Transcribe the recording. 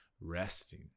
resting